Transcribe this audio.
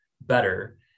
better